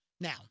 Now